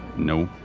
no.